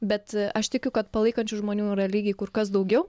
bet aš tikiu kad palaikančių žmonių yra lygiai kur kas daugiau